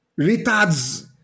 retards